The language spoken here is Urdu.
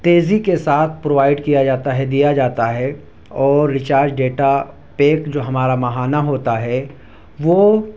تیزی کے ساتھ پرووائڈ کیا جاتا ہے دیا جاتا ہے اور ریچارج ڈیٹا پیک جو ہمارا ماہانہ ہوتا ہے وہ